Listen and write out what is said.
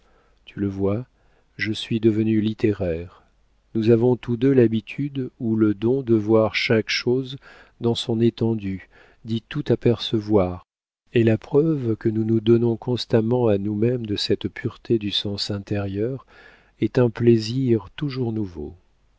tu le vois je suis devenue littéraire nous avons tous deux l'habitude ou le don de voir chaque chose dans son étendue d'y tout apercevoir et la preuve que nous nous donnons constamment à nous-mêmes de cette pureté du sens intérieur est un plaisir toujours nouveau